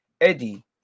Eddie